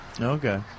Okay